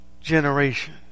generation